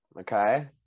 okay